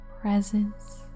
presence